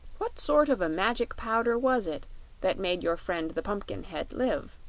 what sort of a magic powder was it that made your friend the pumpkinhead live?